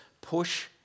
push